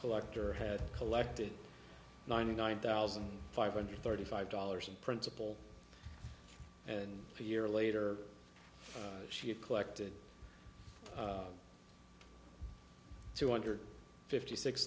collector had collected ninety nine thousand five hundred thirty five dollars in principal and a year later she had collected two hundred fifty six